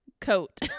coat